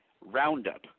Roundup